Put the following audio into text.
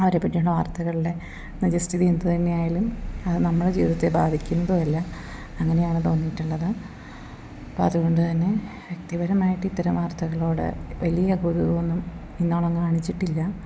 അവരെ പറ്റിയാണ് വാർത്തകളുടെ നിജസ്ഥിതി എന്തുതന്നെ ആയാലും അത് നമ്മള ജീവിതത്തെ ബാധിക്കുന്നതും അല്ല അങ്ങനെയാണ് തോന്നിയിട്ടുള്ളത് അപ്പം അതുകൊണ്ട് തന്നെ വ്യക്തിപരമായിട്ട് ഇത്തരം വർത്തകളോട് വലിയ ഇന്നോളം കാണിച്ചിട്ടില്ല